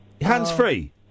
Hands-free